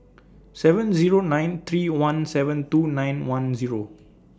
seven Zero nine three one seven two nine one Zero